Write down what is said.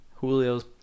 Julio's